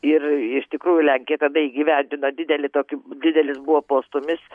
ir iš tikrųjų lenkija tada įgyvendino didelį tokį didelis buvo postūmis